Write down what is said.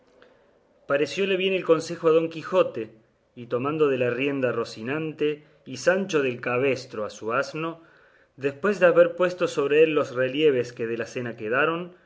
parecióle bien el consejo a don quijote y tomando de la rienda a rocinante y sancho del cabestro a su asno después de haber puesto sobre él los relieves que de la cena quedaron